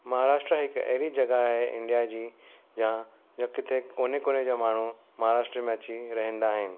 महाराष्ट्र हिक अहिड़ी जॻह आहे इंडिया जी जा जो किथे कोने कोने जा माण्हू महाराष्ट्र में अची रहंदा आहिनि